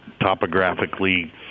topographically